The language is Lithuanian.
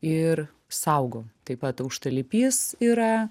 ir saugo taip pat aukštalipys yra